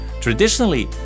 Traditionally